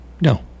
No